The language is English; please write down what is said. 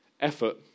effort